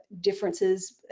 differences